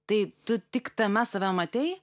tai tu tik tame save matei